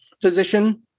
physician